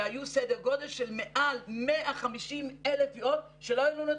והיו סדר גודל של מעל 150,000 תביעות שלא היו לנו את